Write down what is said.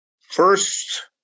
first